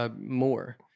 more